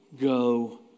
go